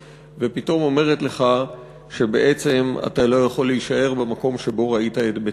ופתאום אומרת לך שבעצם אתה לא יכול להישאר במקום שבו ראית את ביתך.